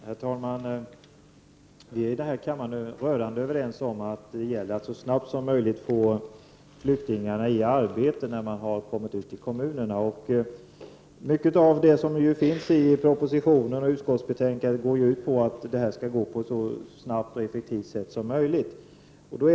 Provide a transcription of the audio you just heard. Herr talman! Vi är här i kammaren rörande överens om att det gäller att så snabbt som möjligt få flyktingarna i arbete när de har kommit ut i kommu nerna. Mycket av det som står i propositionen och i utskottsbetänkandet går ju ut på att detta skall ske på ett så snabbt och effektivt sätt som möjligt.